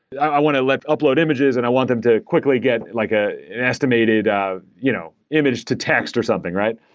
i want to upload images and i want them to quickly get like ah an estimated ah you know image to text or something, right?